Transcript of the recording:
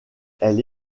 elle